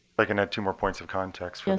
i can add two more points of context for this,